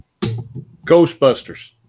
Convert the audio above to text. Ghostbusters